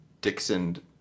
Dixon